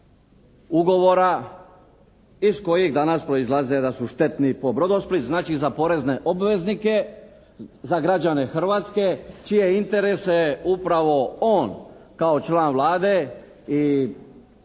ugovora iz kojih danas proizlaze da su štetni po «Brodosplit». Znači za porezne obveznike, za građane Hrvatske čije interese upravo on kao član Vlade i ministar